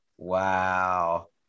Wow